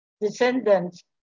descendants